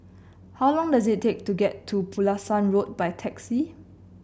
how long does it take to get to Pulasan Road by taxi